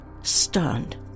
stunned